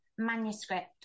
manuscript